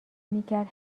میکرد